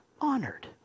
honored